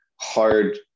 hard